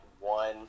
one